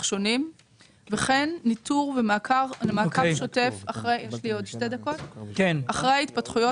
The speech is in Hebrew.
שונים וכן ניטור ומעקב שוטף אחרי ההתפתחויות הקשורות